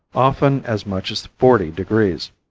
often as much as forty degrees.